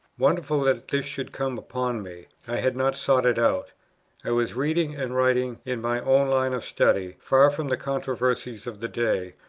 wonderful that this should come upon me! i had not sought it out i was reading and writing in my own line of study, far from the controversies of the day,